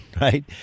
Right